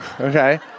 Okay